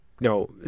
no